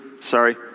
Sorry